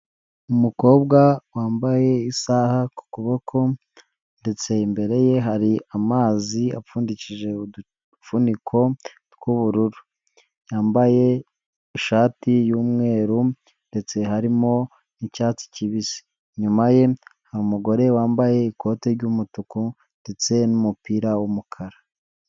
Umukobwa wambaye isaha ku kuboko ndetse imbere ye hari amazi apfundikije udufuniko tw'ubururu, yambaye ishati y'umweru ndetse harimo n'icyatsi kibisi, inyuma ye hari umugore wambaye ikoti ry'umutuku ndetse n'umupira w'umukara.